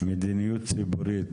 מדיניות ציבורית.